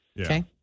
Okay